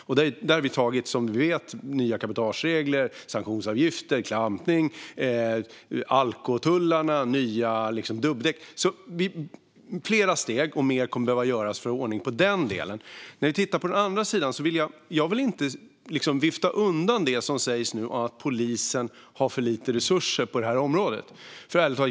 Som du vet har vi beslutat om nya cabotageregler, sanktionsavgifter, klampning, alkotullar och krav på nya dubbdäck. Vi har alltså tagit flera steg, men mer kommer att behöva göras för att få ordning i den delen. Jag vill inte vifta undan det som sägs om att polisen har för lite resurser på det här området.